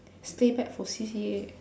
stay back for C_C_A